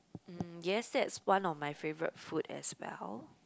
mm yes that's one of my favourite food as well